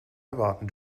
erwarten